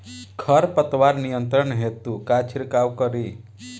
खर पतवार नियंत्रण हेतु का छिड़काव करी?